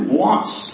wants